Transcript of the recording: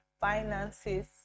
finances